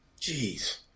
Jeez